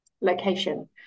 location